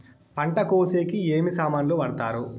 పంట కోసేకి ఏమి సామాన్లు వాడుతారు?